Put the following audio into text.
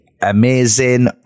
amazing